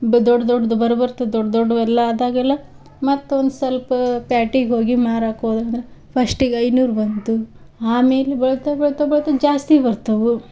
ದೊ ದೊಡ್ಡ ದೊಡ್ಡದು ಬರು ಬರ್ತಾ ದೊಡ್ಡ ದೊಡ್ಡವು ಎಲ್ಲ ಅದಾಗೆಲ್ಲ ಮತ್ತೊಂದು ಸ್ವಲ್ಪ ಪ್ಯಾಟಿಗೆ ಹೋಗಿ ಮಾರಕ್ಕೆ ಹೋದ್ರಂದ್ರೆ ಫಸ್ಟಿಗೆ ಐನೂರು ಬಂತು ಆಮೇಲೆ ಬೆಳ್ತಾ ಬೆಳ್ತಾ ಬೆಳ್ತಾ ಜಾಸ್ತಿ ಬರ್ತವು